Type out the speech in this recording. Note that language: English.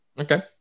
Okay